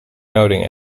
noting